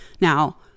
Now